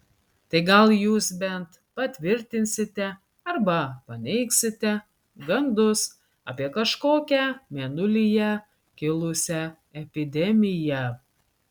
tai gal jūs bent patvirtinsite arba paneigsite gandus apie kažkokią mėnulyje kilusią epidemiją